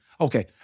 Okay